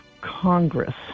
Congress